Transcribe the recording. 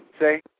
say